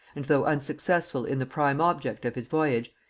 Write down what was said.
and though unsuccessful in the prime object of his voyage,